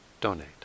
donate